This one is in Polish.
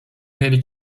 mieli